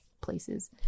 places